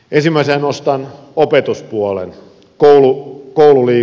ensimmäisenä nostan opetuspuolen koululiikunnan